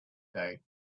day